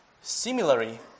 Similarly